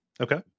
Okay